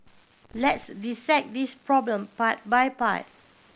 let's dissect this problem part by part